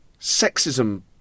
sexism